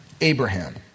Abraham